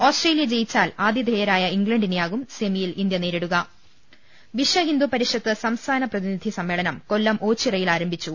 Australia ജയിച്ചാൽ ആതിഥേയരായ ഇംഗ്ല ണ്ടിനെയാകും സെമിയിൽ ഇന്ത്യ നേരിടുക വിശ്വഹിന്ദു പരിഷത്ത് സംസ്ഥാന പ്രതിനിധി സമ്മേളനം കൊല്ലം ഓച്ചിറയിൽ ആരംഭിച്ചു